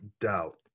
doubt